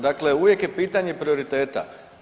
Dakle, uvijek je pitanje prioriteta.